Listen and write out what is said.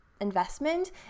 Investment